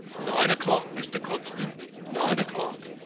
nine o'clock, mr. constant nine o'clock!